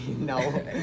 No